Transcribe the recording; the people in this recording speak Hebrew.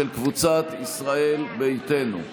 של קבוצת ישראל ביתנו.